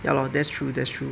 ya lor that's true that's true